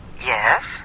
Yes